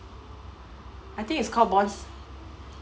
I think it's called bonds